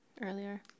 earlier